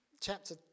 chapter